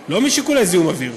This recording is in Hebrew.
לא משיקולי זיהום אוויר,